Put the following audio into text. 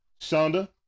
Shonda